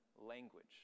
language